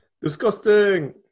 Disgusting